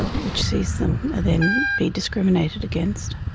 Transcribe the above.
ah which sees them then be discriminated against.